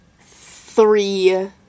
three